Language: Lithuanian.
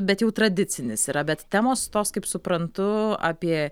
bet jau tradicinis yra bet temos tos kaip suprantu apie